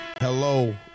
hello